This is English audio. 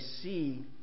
see